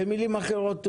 במילים אחרות,